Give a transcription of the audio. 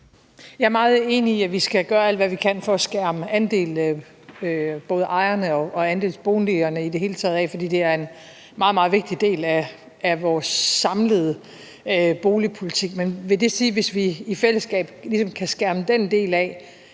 Jeg er meget enig i, at vi skal gøre alt, hvad vi kan, for at skærme både ejerne af andele og andelsboligerne i det hele taget af, fordi det er en meget, meget vigtig del af vores samlede boligpolitik. Men vil det sige, at hvis vi i fællesskab kan skærme den del af,